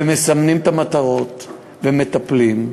ומסמנים את המטרות ומטפלים.